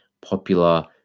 popular